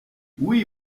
oui